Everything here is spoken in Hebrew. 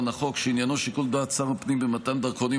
שעניינו שיקול דעת של שר הפנים במתן דרכונים